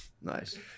Nice